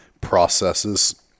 processes